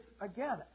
again